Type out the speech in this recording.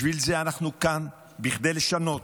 בשביל זה אנחנו כאן, כדי לשנות,